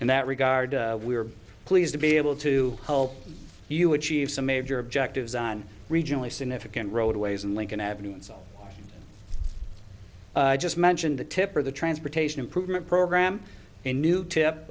in that regard we are pleased to be able to help you achieve some major objectives on regionally significant roadways in lincoln avenue and so i just mentioned the tip of the transportation improvement program in new tip